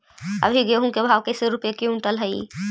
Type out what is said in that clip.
अभी गेहूं के भाव कैसे रूपये क्विंटल हई?